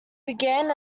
began